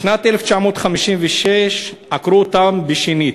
בשנת 1956 עקרו אותם שנית,